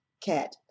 cat